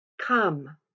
come